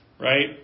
right